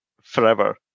forever